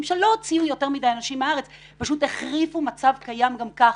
שלא הוציאו יותר מדי אנשים מהארץ אלא פשוט החריפו מצב קיים גם כך.